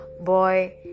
boy